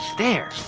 there.